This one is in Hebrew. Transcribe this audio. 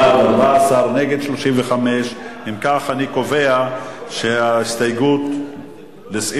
בעד, 14, נגד, 35. אם כך, אני קובע שהסתייגות מס'